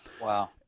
Wow